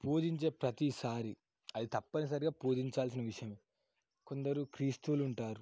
పూజించే ప్రతిసారి అది తప్పనిసరిగా పూజించాల్సిన విషయం కొందరు క్రీస్తువులుంటారు